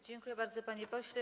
Dziękują bardzo, panie pośle.